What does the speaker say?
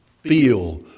feel